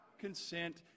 consent